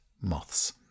moths